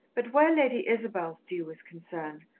but where lady isabel's due was concerned,